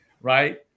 right